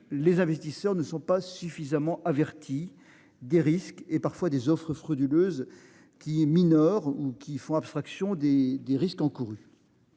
les investisseurs ne sont pas suffisamment averti des risques et parfois des offres frauduleuses qui minore ou qui font abstraction des des risques encourus.